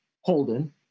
Holden